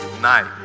Night